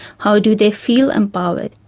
how do they feel empowered,